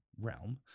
realm